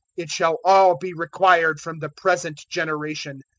it shall all be required from the present generation.